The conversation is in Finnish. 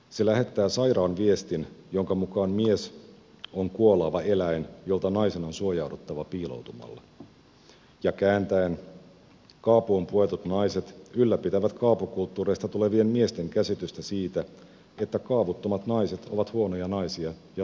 se lähettää sairaan viestin jonka mukaan mies on kuolaava eläin jolta naisen on suojauduttava piiloutumalla ja kääntäen kaapuun puetut naiset ylläpitävät kaapukulttuureista tulevien miesten käsitystä siitä että kaavuttomat naiset ovat huonoja naisia ja vapaata riistaa